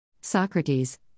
Socrates